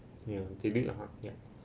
yeah they did lah hard ya